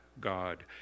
God